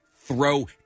throw